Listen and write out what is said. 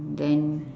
then